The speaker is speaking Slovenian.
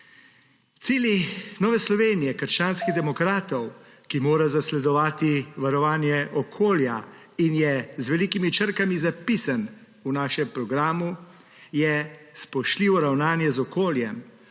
Cilj Nove Slovenije – krščanskih demokratov, ki mora zasledovati varovanje okolja in je z velikimi črkami zapisan v našem programu, je spoštljivo ravnanje z okoljem,